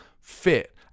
fit